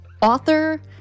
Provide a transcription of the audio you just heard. author